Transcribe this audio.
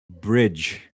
bridge